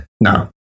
No